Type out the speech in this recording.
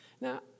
Now